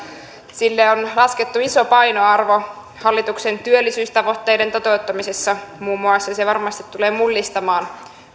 sille on laskettu iso painoarvo hallituksen työllisyystavoitteiden toteuttamisessa muun muassa se varmasti tulee mullistamaan